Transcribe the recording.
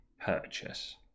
purchase